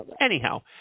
anyhow